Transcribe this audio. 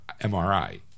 MRI